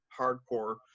hardcore